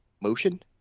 motion